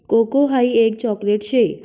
cocoa हाई एक chocolate शे